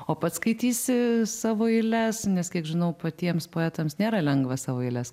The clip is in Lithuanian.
o pats skaitysi savo eiles nes kiek žinau patiems poetams nėra lengva savo eiles